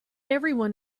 everyone